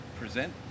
present